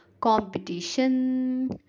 competition